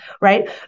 right